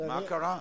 מה קרה.